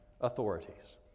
authorities